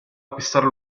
acquistare